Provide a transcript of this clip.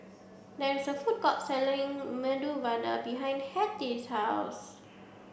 there is a food court selling Medu Vada behind Hattie's house